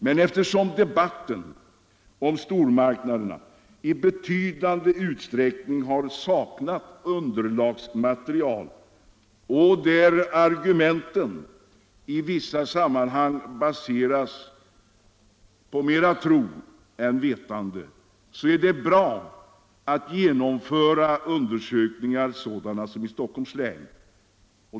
Men eftersom debatten om stormarknaderna i betydande utsträckning har saknat underlagsmaterial och argumenten i vissa sammanhang har baserats mera på tro än på vetande är det bra att genomföra sådana undersökningar som nu gjorts i Stockholms län.